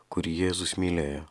kurį jėzus mylėjo